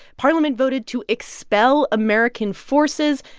parliament voted to expel american forces.